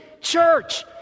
Church